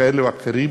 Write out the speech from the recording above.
כאלה או אחרים,